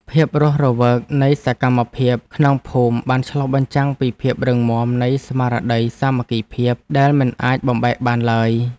ភាពរស់រវើកនៃសកម្មភាពក្នុងភូមិបានឆ្លុះបញ្ចាំងពីភាពរឹងមាំនៃស្មារតីសាមគ្គីភាពដែលមិនអាចបំបែកបានឡើយ។